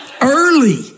Early